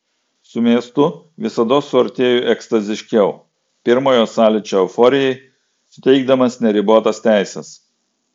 su miestu visados suartėju ekstaziškiau pirmojo sąlyčio euforijai suteikdamas neribotas teises